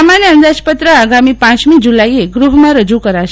સામાન્ય અંદાજપત્ર આગામી પમી જુલાઈ એ ગૃફમાં રજુ કરાશે